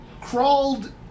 Crawled